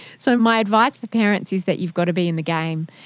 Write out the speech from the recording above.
so my advice for parents is that you've got to be in the game,